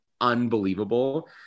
unbelievable